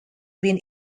been